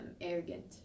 arrogant